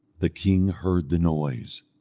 the king heard the noise.